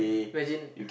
imagine